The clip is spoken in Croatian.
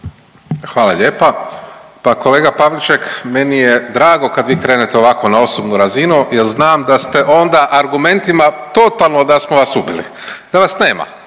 Hvala lijepa. Pa kolega Pavliček, meni je drago kad vi krenete ovako na osobnu razinu jer znam da ste onda argumentima totalno da smo vas ubili, da vas nema.